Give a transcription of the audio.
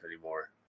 anymore